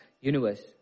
universe